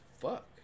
fuck